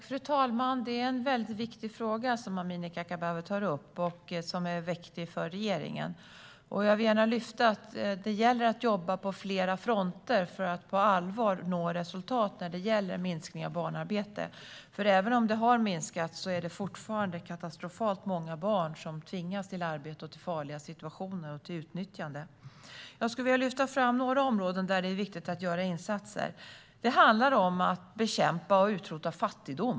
Fru talman! Det är en viktig fråga som Amineh Kakabaveh tar upp. Den är viktig för regeringen. Jag vill gärna lyfta fram att det gäller att jobba på flera fronter för att på allvar nå resultat när det gäller minskning av barnarbete. Även om det har minskat är det fortfarande katastrofalt många barn som tvingas till arbete, farliga situationer och utnyttjande. Jag skulle vilja lyfta fram några områden där det är viktigt att göra insatser. Det handlar om att bekämpa och utrota fattigdom.